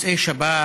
א-סייד א-ראיס.